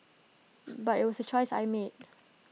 but IT was A choice I made